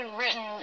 written